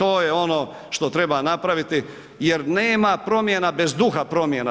To je ono što treba napraviti jer nema promjena bez duha promjena.